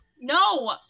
No